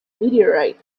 meteorite